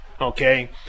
okay